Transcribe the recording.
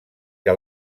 que